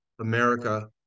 America